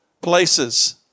places